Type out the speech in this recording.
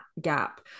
gap